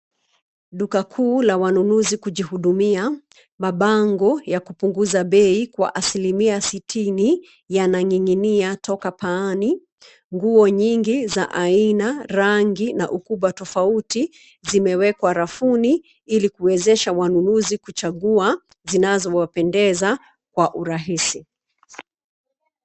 Duka kuu la wanunuzi kujihudumia, mabango ya kupunguza bei kwa asilimia sitini nyana ninginia toka paani. Nguo nyingi za aina, rangi na ukubwa tofauti zimewekwa rafuni ili kuwezesha wanunuzi kuchagua zinazowapendeza kwa urahisi.